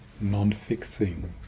non-fixing